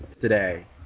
today